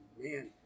man